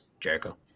Jericho